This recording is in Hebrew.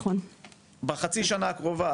בחצי השנה הקרובה,